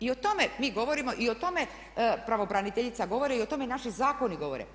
I o tome mi govorimo i o tome pravobraniteljica govori i o tome naši zakoni govore.